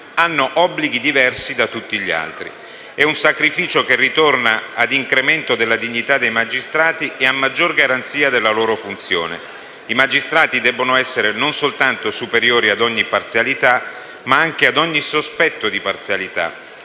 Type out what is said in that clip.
hanno obblighi diversi da tutti gli altri. È un sacrificio che ritorna ad incremento della dignità dei magistrati e a maggior garanzia della loro funzione. I magistrati debbono essere non soltanto superiori ad ogni parzialità, ma anche ad ogni sospetto di parzialità.